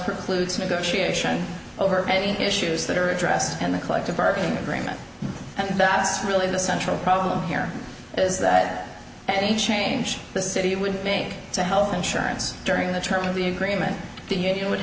precludes negotiation over any issues that are addressed and the collective bargaining agreement and that's really the central problem here is that any change the city would make to health insurance during the terms of the agreement the union would